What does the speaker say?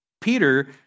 Peter